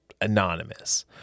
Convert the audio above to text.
anonymous